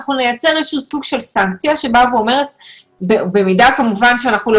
אנחנו נייצר איזשהו סוג של סנקציה במידה שאנחנו לא